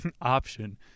option